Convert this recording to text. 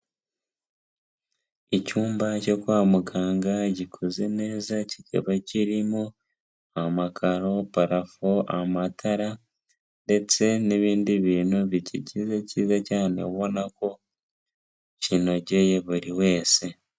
Icyumba cyo kwa muganga gikoze neza kikaba kirimo amakaro, parafu, amatara, ndetse n'ibindi bintu bikigize cyiza cyane ubona ko kinogeye buri wese.